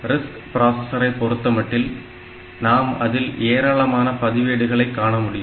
RISC ப்ராசசரை பொறுத்தமட்டில் நாம் அதில் ஏராளமான பதிவேடுகளை காண முடியும்